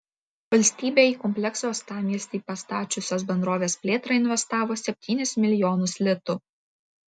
valstybė į kompleksą uostamiestyje pastačiusios bendrovės plėtrą investavo septynis milijonus litų